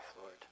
Lord